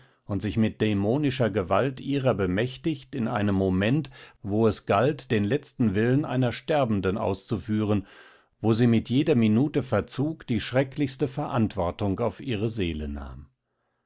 und sich mit dämonischer gewalt ihrer bemächtigt in einem moment wo es galt den letzten willen einer sterbenden auszuführen wo sie mit jeder minute verzug die schrecklichste verantwortung auf ihre seele nahm